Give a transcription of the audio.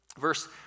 Verse